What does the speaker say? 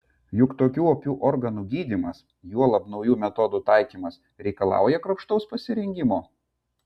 juk tokių opių organų gydymas juolab naujų metodų taikymas reikalauja kruopštaus pasirengimo